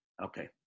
Okay